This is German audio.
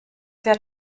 sehr